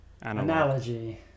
Analogy